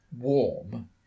warm